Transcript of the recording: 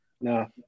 No